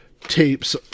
tapes